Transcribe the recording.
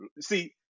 see